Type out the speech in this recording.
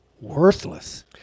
worthless